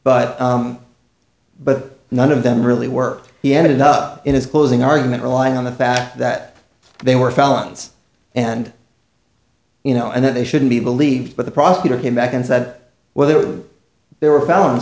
but but none of them really worked he ended up in his closing argument relying on the fact that they were fountains and you know and then they shouldn't be believed but the prosecutor came back and said well there were